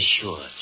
assured